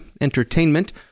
entertainment